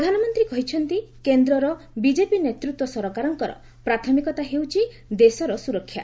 ପ୍ରଧାନମନ୍ତ୍ରୀ କହିଛନ୍ତି କେନ୍ଦ୍ରରର ବିଜେପି ନେତୃତ୍ୱ ସରକାରଙ୍କର ପ୍ରାଥମିକତା ହେଉଛି ଦେଶର ସୁରକ୍ଷା